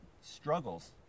struggles